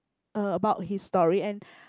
uh about his story and